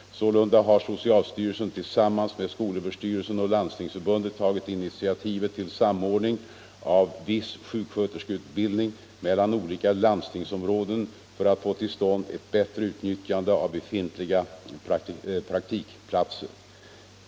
Sålunda har det tagit initiativ till samordning av viss sjuksköterskeutbildning mellan — bristen på sjukskö olika landstingsområden för att få till stånd ett bättre utnyttjande av = terskor befintliga praktikplatser.